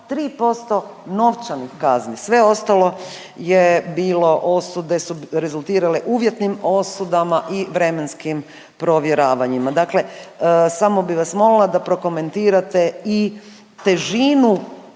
3% novčanih kazni. Sve ostalo je bilo, osude su rezultirale uvjetnim osudama i vremenskim provjeravanjima. Dakle, samo bih vas molila da prokomentirate i težinu